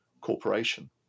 corporation